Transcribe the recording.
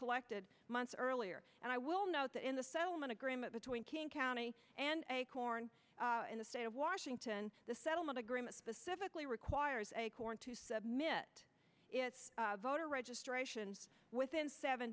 collected months earlier and i will note that in the settlement agreement between king county and corn in the state of washington the settlement agreement specifically requires acorn to submit its voter registration within seven